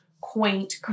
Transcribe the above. quaint